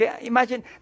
imagine